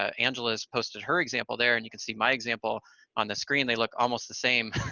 ah angela's posted her example there, and you can see my example on the screen they look almost the same,